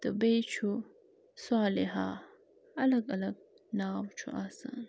تہٕ بیٚیہِ چھُ صالحہ الگ الگ ناو چھُ آسان